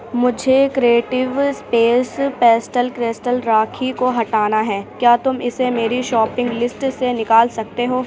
مجھے creative space pastel crystal rakhi کو ہٹانا ہے کیا تم اسے میری شاپنگ لسٹ سے نکال سکتے ہو